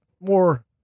more